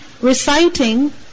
reciting